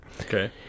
Okay